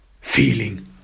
feeling